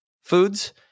foods